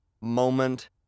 moment